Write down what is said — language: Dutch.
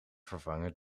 vervangen